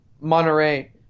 Monterey